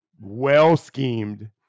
well-schemed